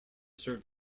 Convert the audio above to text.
served